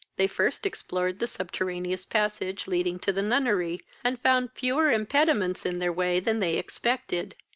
they first explored the subterraneous passage, leading to the nunnery, and found fewer impediments in their way than they expected.